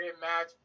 match